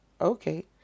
Okay